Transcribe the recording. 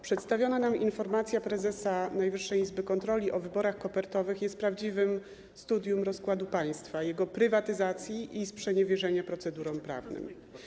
Przedstawiona nam informacja prezesa Najwyższej Izby Kontroli o wyborach kopertowych jest prawdziwym studium rozkładu państwa, jego prywatyzacji i sprzeniewierzenia się procedurom prawnym.